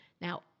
Now